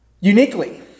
uniquely